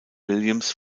williams